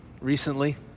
recently